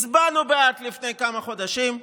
הצבענו בעד לפני כמה חודשים,